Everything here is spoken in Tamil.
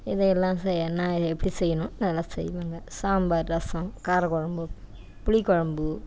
இதை எல்லாம் செய்யணும்னால் எப்படி செய்யணுமோ நல்லா செய்வேங்க சாம்பார் ரசம் காரக்குழம்பு புளிக்குழம்பு